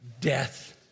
death